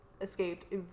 escaped